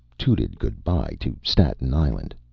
tooted good-by to staten island,